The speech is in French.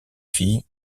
fille